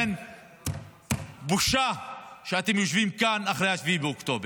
לכן, בושה שאתם יושבים כאן אחרי 7 באוקטובר.